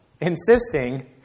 insisting